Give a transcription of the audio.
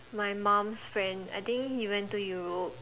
my mum's friend I think he went to Europe